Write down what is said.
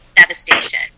devastation